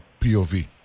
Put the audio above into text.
POV